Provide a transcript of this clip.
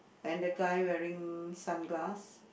and the guy wearing sunglass